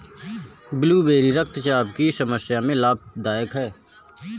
blueberry रक्तचाप की समस्या में लाभदायक है